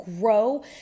grow